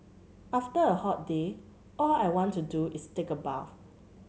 after a hot day all I want to do is take a bath